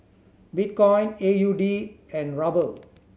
Bitcoin A U D and Ruble